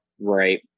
Right